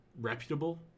reputable